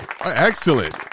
excellent